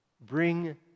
Bring